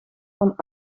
van